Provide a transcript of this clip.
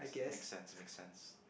makes sense makes sense